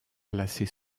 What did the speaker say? placée